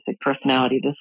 personality